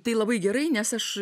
tai labai gerai nes aš